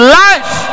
life